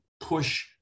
push